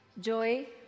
Joy